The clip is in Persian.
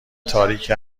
تاریک